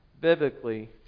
biblically